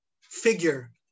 figure